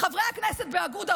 חברי הכנסת באגודה,